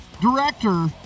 director